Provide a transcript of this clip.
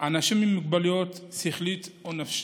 אנשים עם מוגבלות שכלית או נפשית.